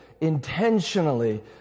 intentionally